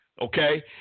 Okay